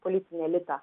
politinį elitą